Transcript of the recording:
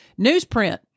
newsprint